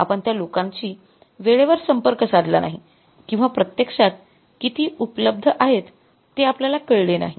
आपण त्या लोकांशी वेळेवर संपर्क साधला नाही किंवा प्रत्यक्षात किती उपलब्ध आहेत ते आपल्याला कळले नाही